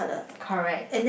correct